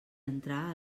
entrar